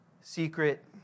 secret